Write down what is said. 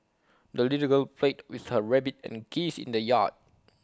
the little girl played with her rabbit and geese in the yard